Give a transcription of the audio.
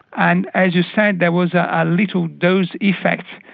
and as you said, there was a ah little dose effect,